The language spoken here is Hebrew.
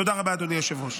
תודה רבה, אדוני היושב-ראש.